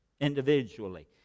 individually